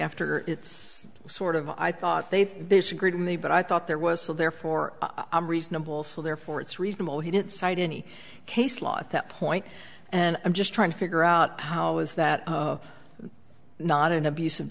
after it's sort of i thought they disagreed with me but i thought there was so therefore i'm reasonable so therefore it's reasonable he didn't cite any case law at that point and i'm just trying to figure out how is that not an abus